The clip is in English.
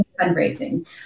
fundraising